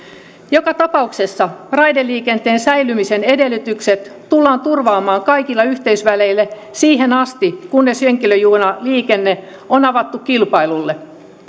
joka tapauksessa raideliikenteen säilymisen edellytykset tullaan turvaamaan kaikilla yhteysväleillä siihen asti kunnes henkilöjunaliikenne on avattu kilpailulle